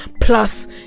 plus